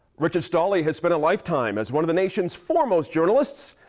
richard stolley has spent a lifetime as one of the nation's foremost journalists.